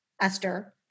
Esther